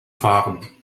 fahren